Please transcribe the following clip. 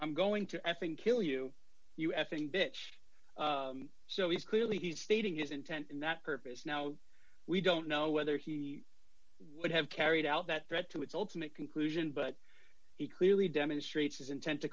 i'm going to f ing kill you you f ing bitch so he's clearly he's stating his intent in that purpose now we don't know whether he would have carried out that threat to its ultimate conclusion but he clearly demonstrates his intent to